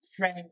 right